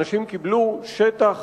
אנשים קיבלו שטח